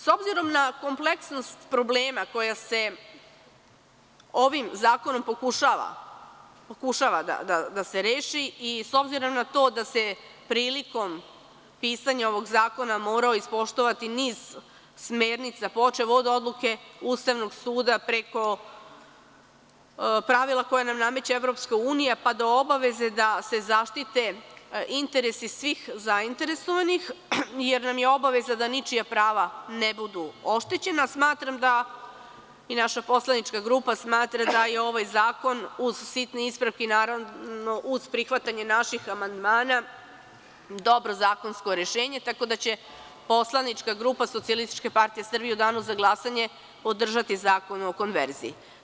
S obzirom na kompleksnost problema koji se ovim zakonom pokušava rešiti i s obzirom na to da se prilikom pisanja ovog zakona morao ispoštovati niz smernica, počev od odluke Ustavnog suda, preko pravila koja nam nameće EU, pa do obaveze da se zaštite interesi svih zainteresovanih, jer nam je obaveza da ničija prava ne budu oštećena, smatram i naša poslanička grupa smatra da je ovaj zakon, uz sitne ispravke i uz prihvatanje naših amandmana dobro zakonsko rešenje, tako da će poslanička grupa SPS u danu za glasanje podržati Zakon o konverziji.